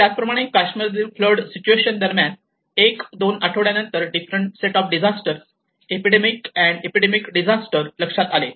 त्याचप्रमाणे काश्मीरमधील flood situation दरम्यान एक दोन आठवड्या नंतर different set of disaster epidemic and epidemic disaster लक्षात आले